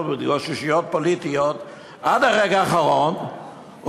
ובהתגוששויות פוליטיות עד הרגע האחרון,